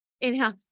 Inhale